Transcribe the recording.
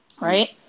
right